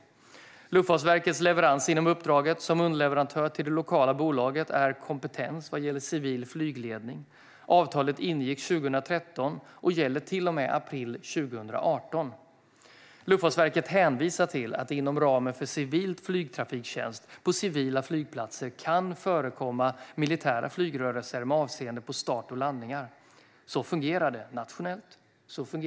Luftfartsverkets leverans inom uppdraget, som underleverantör till det lokala bolaget, är kompetens vad gäller civil flygledning. Avtalet ingicks 2013 och gäller till och med april 2018. Luftfartsverket hänvisar till att det inom ramen för civil flygtrafiktjänst på civila flygplatser kan förekomma militära flygrörelser med avseende på start och landningar. Så fungerar det nationellt och internationellt.